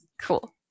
Cool